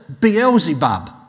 Beelzebub